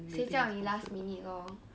谁叫你 last minute lor